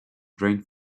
drained